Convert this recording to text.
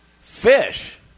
Fish